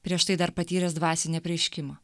prieš tai dar patyręs dvasinį apreiškimą